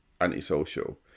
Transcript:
antisocial